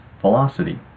velocity